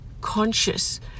conscious